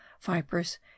vipers